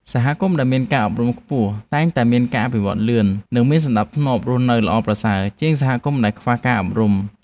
សហគមន៍ដែលមានការអប់រំខ្ពស់តែងតែមានការអភិវឌ្ឍលឿន និងមានសណ្តាប់ធ្នាប់រស់នៅល្អប្រសើរជាងសហគមន៍ដែលខ្វះការអប់រំ។